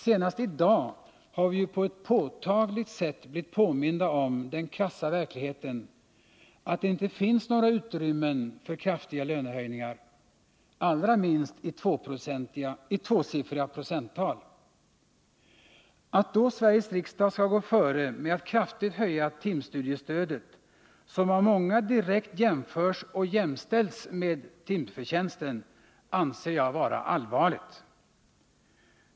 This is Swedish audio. Senast i dag har vi ju på ett påtagligt sätt blivit påminda om den krassa verkligheten, att det inte finns några utrymmen för kraftiga lönehöjningar — allra minst i tvåsiffriga procenttal. Att då Sveriges riksdag skall gå före med att kraftigt höja timstudiestödet, som av många direkt jämförs och jämställs med timförtjänsten, anser jag vara allvarligt.